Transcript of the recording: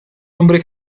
hombre